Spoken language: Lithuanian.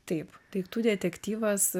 taip daiktų detektyvas